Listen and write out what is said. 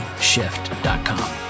shift.com